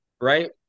right